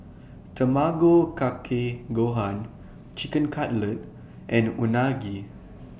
Tamago Kake Gohan Chicken Cutlet and Unagi